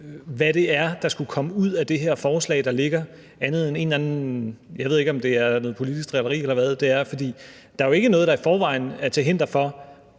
hvad det er, der skulle komme ud af det forslag, der ligger her, andet end et eller andet, jeg ikke ved om er noget politisk drilleri eller hvad. For der er jo ikke noget, der i forvejen er til hinder for